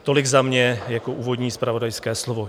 Tolik za mě jako úvodní zpravodajské slovo.